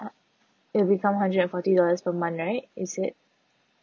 uh it'll become hundred and forty dollars per month right is it